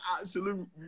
absolute